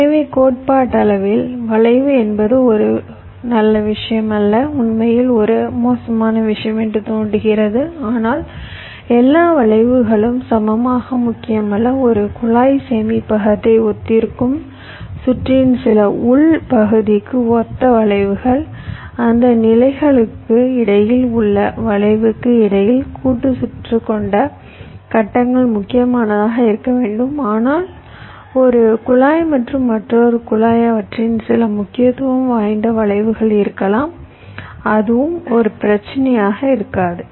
எனவே கோட்பாட்டளவில் வளைவு என்பது ஒரு நல்ல விஷயம் அல்ல உண்மையில் ஒரு மோசமான விஷயம் என்று தோன்றுகிறது ஆனால் எல்லா வளைவுகளும் சமமாக முக்கியமல்ல ஒரு குழாய் சேமிப்பகத்தை ஒத்திருக்கும் சுற்றின் சில உள் பகுதிக்கு ஒத்த வளைவுகள் அந்த நிலைகளுக்கு இடையில் உள்ள வளைவுக்கு இடையில் கூட்டு சுற்றுகள் கொண்ட கட்டங்கள் முக்கியமானதாக இருக்க வேண்டும் ஆனால் ஒரு குழாய் மற்றும் மற்றொரு குழாய் அவற்றில் சில முக்கியத்துவம் வாய்ந்த வளைவுகள் இருக்கலாம் அதுவும் ஒரு பிரச்சினையாக இருக்காது